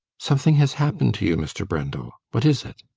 something has happened to you, mr. brendel! what is it?